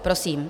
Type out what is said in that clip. Prosím.